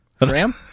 ram